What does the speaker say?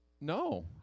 no